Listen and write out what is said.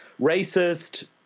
racist